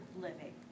living